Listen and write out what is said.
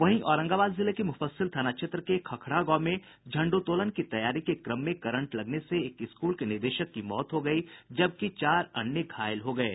वहीं औरंगाबाद जिले के मुफस्सिल थाना क्षेत्र के खखड़ा गांव में झंडोत्तोलन की तैयारी के क्रम में करंट लगने से एक स्कूल के निदेशक की मौत हो गयी जबकि चार अन्य घायल हो गये